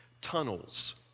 Tunnels